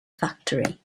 factory